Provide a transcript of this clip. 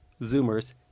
Zoomers